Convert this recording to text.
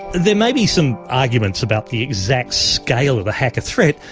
there may be some arguments about the exact scale of the hacker threat,